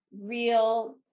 real